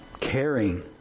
caring